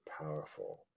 powerful